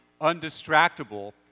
undistractable